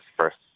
first